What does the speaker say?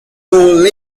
dole